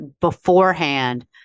beforehand